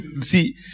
see